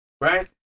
Right